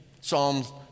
Psalms